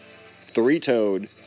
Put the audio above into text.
Three-toed